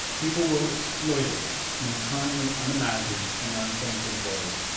people will exploit it in currently unimagined and unsanctioned ways.